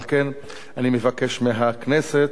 על כן אני מבקש מהכנסת